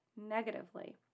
negatively